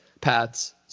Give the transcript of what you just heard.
paths